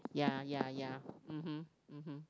ya ya ya mmhmm mmhmm